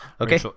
Okay